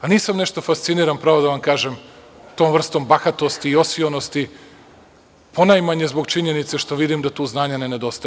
Nisam nešto fasciniran pravo da vam kažem tom vrstom bahatosti i osionosti, ponajmanje zbog činjenice što vidim da tu znanja ne nedostaje.